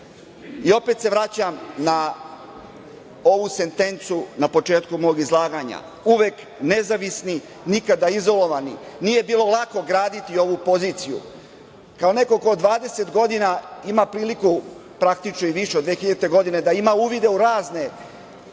se vraćam na ovu sentencu na početku mog izlaganja - uvek nezavisni, nikada izolovani. Nije bilo lako graditi ovu poziciju. Kao neko ko 20 godina ima priliku, praktično i više, od 2000. godine da ima uvida u razne